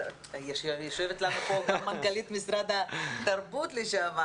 יושבת לנו פה גם מנכ"לית משרד התרבות לשעבר